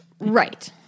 Right